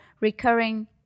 recurring